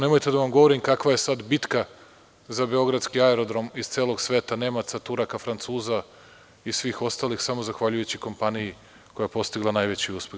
Nemojte da vam govorim kakva je sad bitka za beogradski aerodrom iz celog sveta, Nemaca Turaka, Francuza i svih ostalih, samo zahvaljujući kompaniji koja je postigla najveći uspeh.